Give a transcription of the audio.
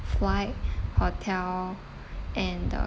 flight hotel and the